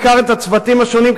בעיקר את הצוותים השונים,